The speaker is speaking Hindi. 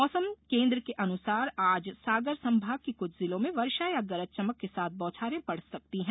मौसम केंद्र के अनुसार आज सागर संभाग के कुछ जिलों में वर्षा या गरज चमक के साथ बौछारें पड़ सकती हैं